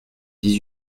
dix